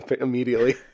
immediately